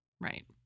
right